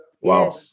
Wow